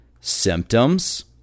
symptoms